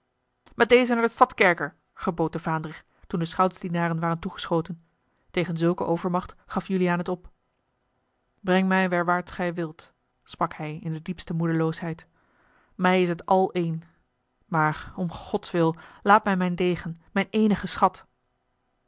met dezen naar den stadskerker gebood de vaandrig toen de schoutsdienaren waren toegeschoten tegen zulke overmacht gaf juliaan het op brengt mij werwaarts gij wilt sprak hij in de diepste moedeloosheid mij is t al een maar om gods wil laat mij mijn degen mijn eenigen schat